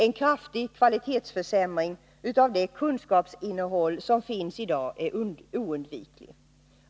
En kraftig kvalitetsförsämring av det kunskapsinnehåll som finns i dag är oundvikligt.